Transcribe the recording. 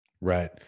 Right